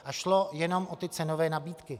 A šlo jenom o ty cenové nabídky.